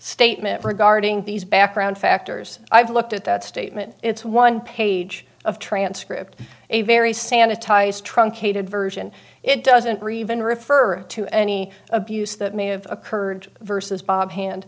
statement regarding these background factors i've looked at that statement it's one page of transcript a very sanitized truncated version it doesn't prevent refer to any abuse that may have occurred versus bob hand